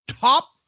top